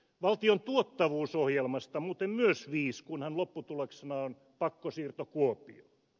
valtion tuottavuusohjelmasta muuten myös viis kunhan lopputuloksena on pakkosiirto kuopioon